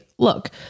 look